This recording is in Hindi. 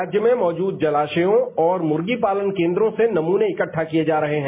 राज्य में मौजूद जलाशयों और मुर्गी पालन केन्द्रों से नमूने इकड्डा किये जा रहे हैं